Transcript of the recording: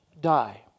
die